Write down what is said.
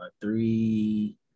Three